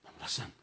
listen